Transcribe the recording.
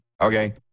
okay